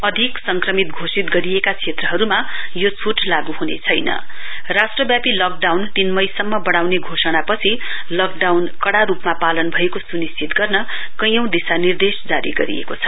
अधिक संक्रमित घोषित गरिएका क्षत्रहरूमा यो छट लागू हनेछैन राष्ट्रव्यापी लकडाउन तीन मई सम्म बढ़ाउने घोषणापछि लकडाउन कड़ा रूपमा पालन भएको सुनिश्चित गर्न कैँयौं दिशा निर्देश जारी गरिएको छ